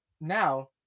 now